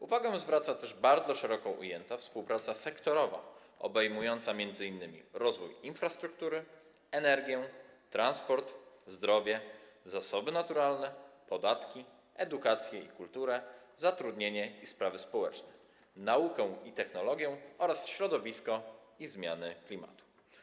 Uwagę zwraca też bardzo szeroko ujęta współpraca sektorowa, obejmująca m.in. rozwój infrastruktury, energię, transport, zdrowie, zasoby naturalne, podatki, edukację i kulturę, zatrudnienie i sprawy społeczne, naukę i technologię oraz środowisko i zmiany klimatu.